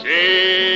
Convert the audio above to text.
See